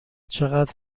چقدر